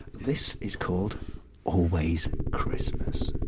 this is called always christmas